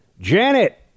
Janet